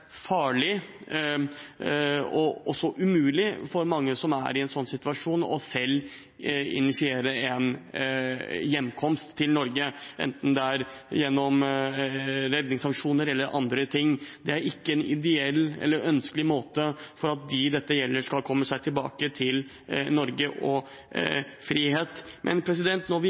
farlig og også umulig for mange som er i en slik situasjon, selv å initiere en hjemkomst til Norge, enten det er gjennom redningsaksjoner eller andre ting. Det er ikke en ideell eller ønskelig måte for at de dette gjelder, skal komme tilbake til Norge og frihet på. Men når vi